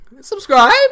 Subscribe